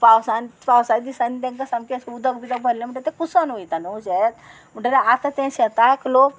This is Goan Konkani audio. पावसान पावसाच्या दिसांनी तांकां सामकें अशें उदक बिदक भरलें म्हणटकच तें कुसोन वयता न्हू शेत म्हणटा आतां तें शेतांक लोक